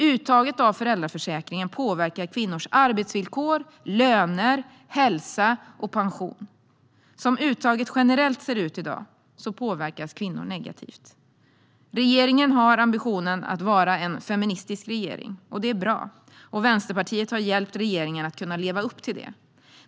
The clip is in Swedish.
Uttaget av föräldraförsäkringen påverkar kvinnors arbetsvillkor, löner, hälsa och pension. Som uttaget generellt ser ut i dag påverkas kvinnor negativt. Regeringen har ambitionen att vara en feministisk regering. Det är bra, och Vänsterpartiet har hjälpt regeringen att kunna leva upp till det.